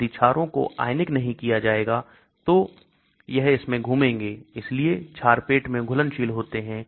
यदि क्षारो को आयनिक नहीं किया जाएगा तो यह इसमें घूमेंगे इसलिए क्षार पेट में घुलनशील होते हैं